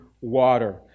water